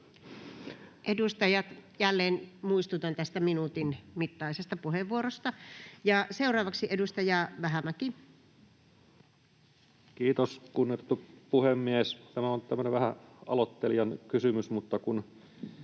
Edustajat, jälleen muistutan tästä minuutin mittaisesta puheenvuorosta. — Seuraavaksi edustaja Vähämäki. Kiitos, kunnioitettu puhemies! Tämä on tämmöinen vähän aloittelijan kysymys, mutta itse